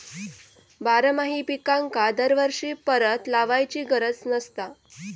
बारमाही पिकांका दरवर्षी परत लावायची गरज नसता